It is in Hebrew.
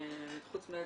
חוץ מהמשטרה,